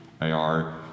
AR